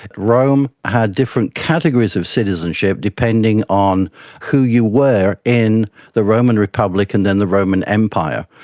rome had different categories of citizenship, depending on who you were in the roman republic and then the roman empire.